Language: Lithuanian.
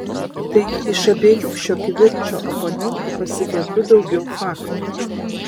taigi iš abiejų šio kivirčo oponentų pasigendu daugiau faktų